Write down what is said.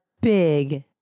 big